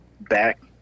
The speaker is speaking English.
back